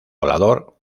volador